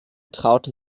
traute